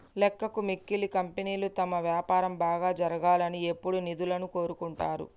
లెక్కకు మిక్కిలి కంపెనీలు తమ వ్యాపారం బాగా జరగాలని ఎప్పుడూ నిధులను కోరుకుంటరు